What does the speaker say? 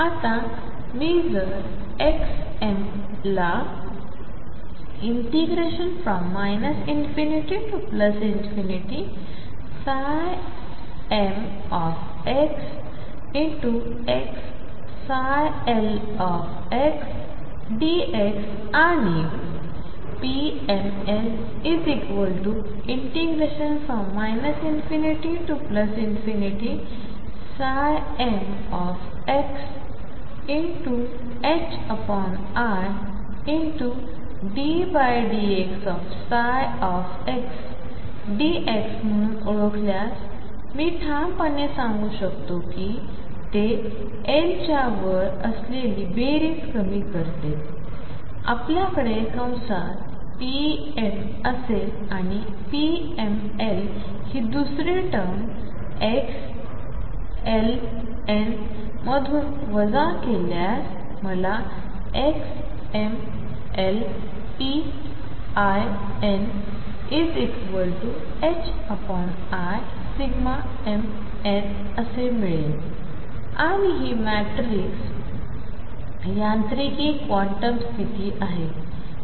आता मी जर xml ला ∞mxx lxdx and pml ∞mxidldxdx म्हणून ओळखल्यास मी ठामपणे सांगू शकतो कि ते l च्या वर असलेली बेरीज कमी करते आपलाकडे कंसात p m असेल आणि pml हि दुसरी टर्म xln मधून वजा केल्यास मला xmlpln imn असे मिळेल आणि ही मॅट्रिक्स यांत्रिकी क्वांटम स्थिती आहे